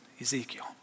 Ezekiel